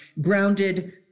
grounded